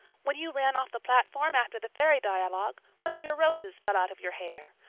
when you ran off the platform after the fairy dialogue one of your roses fell out of your hair.